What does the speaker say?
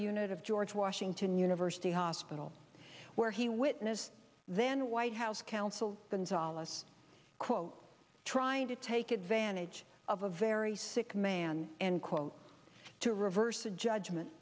unit of george washington university hospital where he witnessed then white house counsel than solace quote trying to take advantage of a very sick man and quote to reverse a judgment